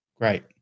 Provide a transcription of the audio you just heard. Great